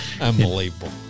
unbelievable